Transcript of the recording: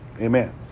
Amen